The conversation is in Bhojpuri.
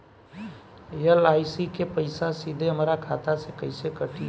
एल.आई.सी के पईसा सीधे हमरा खाता से कइसे कटी?